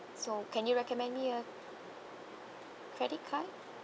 so can you recommend me a credit card